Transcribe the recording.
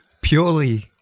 Purely